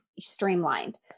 streamlined